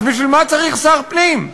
אז בשביל מה צריך שר פנים?